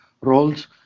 roles